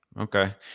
Okay